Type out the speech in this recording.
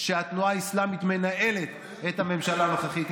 שהתנועה האסלאמית מנהלת את הממשלה הנוכחית.